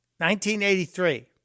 1983